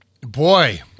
Boy